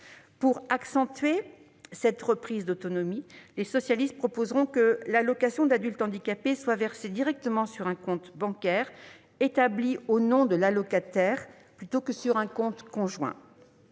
Pour appuyer cette reprise d'autonomie, les socialistes proposeront que l'AAH soit versée directement sur un compte bancaire établi au nom de l'allocataire plutôt que sur un compte joint.